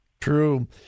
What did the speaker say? True